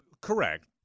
correct